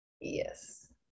yes